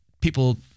people